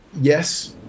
yes